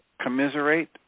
Commiserate